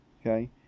okay